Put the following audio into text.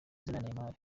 neymar